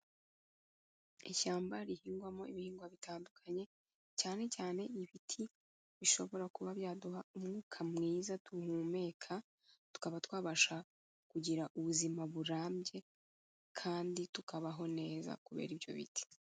Ishyamba rihingwamo ibihingwa bitandukanye, cyane cyane ibiti bishobora kuba byaduha umwuka mwiza duhumeka, tukaba twabasha kugira ubuzima burambye, kandi tukabaho neza kubera ibyo biti.